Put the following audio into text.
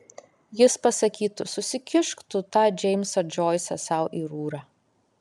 jis pasakytų susikišk tu tą džeimsą džoisą sau į rūrą